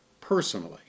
personally